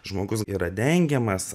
žmogus yra dengiamas